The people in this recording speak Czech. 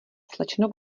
slečno